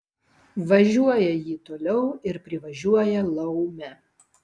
važiuoja ji toliau ir privažiuoja laumę